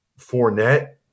Fournette